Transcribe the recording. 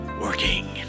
working